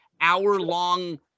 hour-long